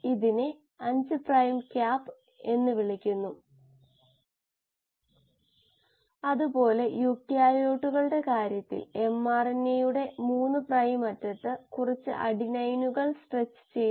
അതിനാൽ ബാച്ച് മോഡിൽ നമ്മൾ ബാലൻസുകൾ ചെയ്തു ഒരു ബാച്ചിന്റെ സമയത്തിൽ ഒരു നിശ്ചിത കോശ ഗാഢതയിലെത്താൻ നമ്മൾക്ക് സമവാക്യങ്ങൾ ലഭിച്ചു